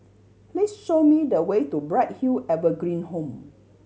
please show me the way to Bright Hill Evergreen Home